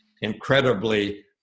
incredibly